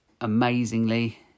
amazingly